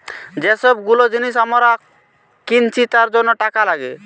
যে সব গুলো জিনিস আমরা কিনছি তার জন্য টাকা লাগে